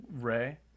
ray